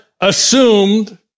assumed